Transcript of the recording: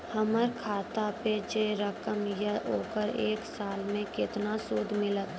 हमर खाता पे जे रकम या ओकर एक साल मे केतना सूद मिलत?